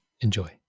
Enjoy